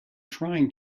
trying